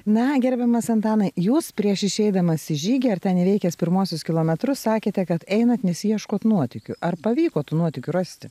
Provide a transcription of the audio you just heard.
na gerbiamas antanai jūs prieš išeidamas į žygį ar ten įveikęs pirmuosius kilometrus sakėte kad einat nes ieškot nuotykių ar pavyko tų nuotykių rasti